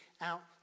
out